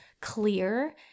clear